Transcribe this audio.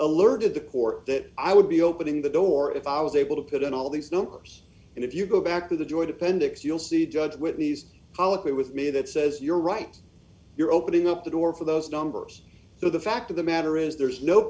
alerted the court that i would be opening the door if i was able to put in all these numbers and if you go back to the joint appendix you'll see judge whitley's policy with me that says you're right you're opening up the door for those numbers so the fact of the matter is there's no